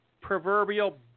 proverbial